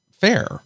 fair